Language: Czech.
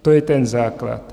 To je ten základ.